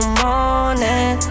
morning